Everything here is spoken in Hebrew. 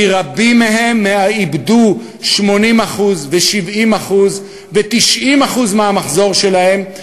כי רבים מהם איבדו 80% ו-70% ו-90% מהמחזור שלהם,